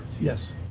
yes